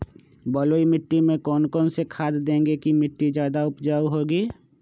बलुई मिट्टी में कौन कौन से खाद देगें की मिट्टी ज्यादा उपजाऊ होगी?